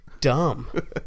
dumb